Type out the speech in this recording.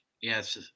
Yes